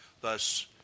Thus